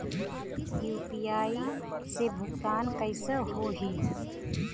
UPI से भुगतान कइसे होहीं?